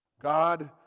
God